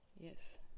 Yes